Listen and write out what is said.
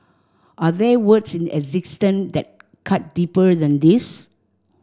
are there words in existence that cut deeper than these